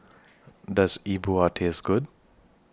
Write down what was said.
Does E Bua Taste Good